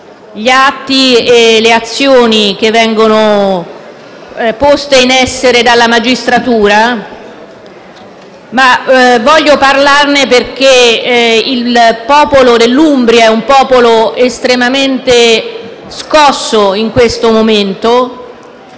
degli atti e delle azioni che vengono poste in essere dalla magistratura. Voglio tuttavia parlarne perché il popolo dell'Umbria è estremamente scosso in questo momento